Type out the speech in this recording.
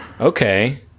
Okay